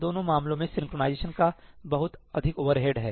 दोनों मामलों में सिंक्रनाइज़ेशन का बहुत अधिक ओवरहेड है